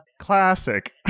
Classic